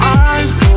eyes